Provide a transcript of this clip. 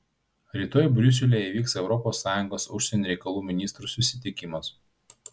rytoj briuselyje įvyks europos sąjungos užsienio reikalų ministrų susitikimas